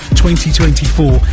2024